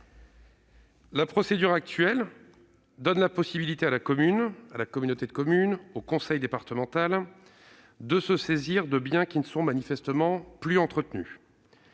procédure permet aujourd'hui à la commune, à la communauté de communes ou au conseil départemental de se saisir de biens qui ne sont manifestement plus entretenus.